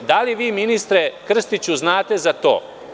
Da li ministre Krstiću znate za to?